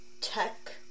tech